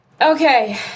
Okay